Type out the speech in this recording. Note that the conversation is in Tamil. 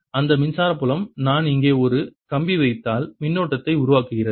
எனவே அந்த மின்சார புலம் நான் இங்கே ஒரு கம்பி வைத்தால் மின்னோட்டத்தை உருவாக்குகிறது